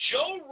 Joe